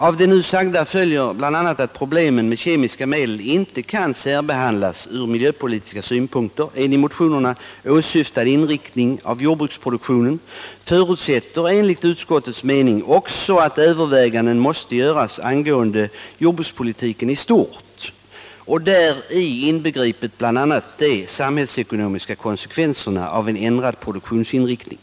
Av det nu sagda följer att problemen med kemiska medel inte kan särbehandlas från miljöpolitiska synpunkter. En i motionerna åsyftad inriktning av jordbruksproduktionen förutsätter enligt utskottets mening att överväganden görs angående jordbrukspolitiken i stort. Där inbegrips bl.a. de samhällsekonomiska konsekvenserna av en ändrad produktionsinriktning.